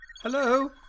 Hello